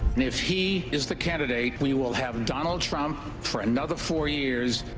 if he is the candidate, we will have donald trump for another four years.